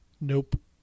Nope